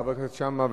חבר הכנסת שאמה,